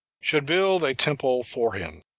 should build a temple for him.